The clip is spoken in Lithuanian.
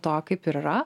to kaip ir yra